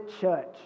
church